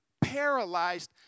paralyzed